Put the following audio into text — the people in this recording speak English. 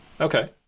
okay